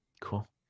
Cool